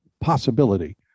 possibility